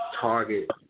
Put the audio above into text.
target